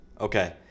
Okay